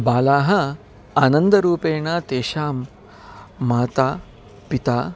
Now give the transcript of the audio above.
बालाः आनन्दरूपेण तेषां माता पिता